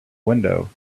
window